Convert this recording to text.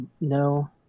No